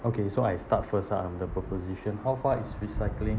okay so I start first um the proposition how far is recycling